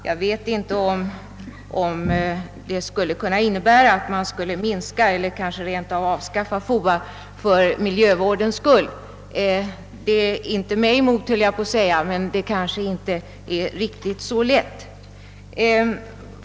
Jag vet inte om ett fullföljande av hennes tankegång skulle kunna innebära att man minskade ner eller rent av avskaffade FOA för miljövårdens skull. Inte mig emot i så fall, skulle jag nästan vilja säga, men det kanske inte är riktigt så lätt.